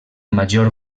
major